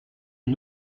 une